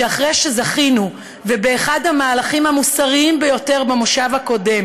שאחרי שזכינו ובאחד המהלכים המוסריים ביותר במושב הקודם